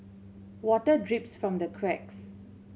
water drips from the cracks